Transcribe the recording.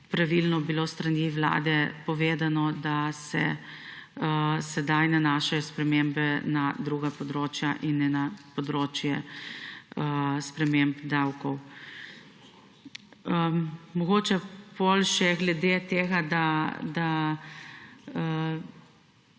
pravilno povedano tudi to, da se sedaj nanašajo spremembe na druga področja in ne na področje sprememb davkov. Mogoče še glede tega, da